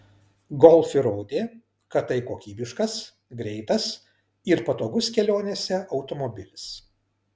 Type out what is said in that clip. golf įrodė kad tai kokybiškas greitas ir patogus kelionėse automobilis